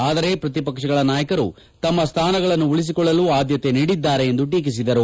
ಆದರೆ ಪ್ರತಿಪಕ್ಷಗಳ ನಾಯಕರು ತಮ್ಮ ಸ್ಥಾನಗಳನ್ನು ಉಳಿಸಿಕೊಳ್ಳಲು ಆದ್ಯತೆ ನೀಡಿದ್ದಾರೆ ಎಂದು ಟೀಕಿಸಿದರು